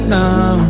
now